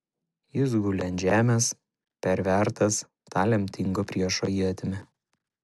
jis guli ant žemės pervertas ta lemtinga priešo ietimi